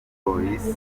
police